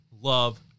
love